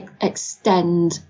extend